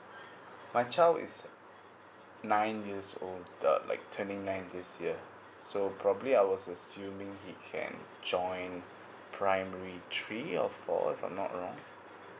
my child is nine years old uh like turning nine this year so probably I was assuming he can join primary three or four if I'm not wrong